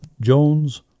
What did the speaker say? Jones